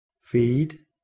feed